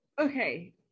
okay